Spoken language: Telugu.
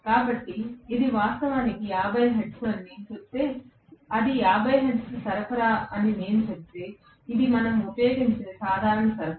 కాబట్టి ఇది వాస్తవానికి 50 హెర్ట్జ్ అని నేను చెబితే అది 50 హెర్ట్జ్ సరఫరా అని నేను చెబితే ఇది మనం ఉపయోగించే సాధారణ సరఫరా